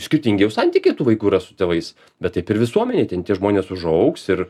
skirtingi jau santykiai tų vaikų yra su tėvais bet taip ir visuomenėj ten tie žmonės užaugs ir